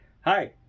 Hi